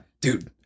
dude